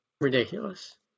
Ridiculous